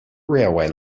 railway